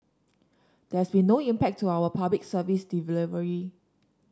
there has been no impact to our Public Service delivery